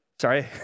Sorry